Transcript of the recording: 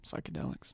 Psychedelics